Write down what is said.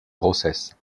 grossesse